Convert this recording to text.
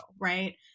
right